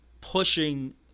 pushing